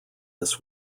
this